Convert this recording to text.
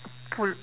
pul~